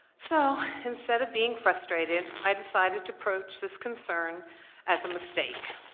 so instead of being frustrated, i decided to broach this concern as a mistake.